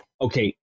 okay